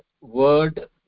word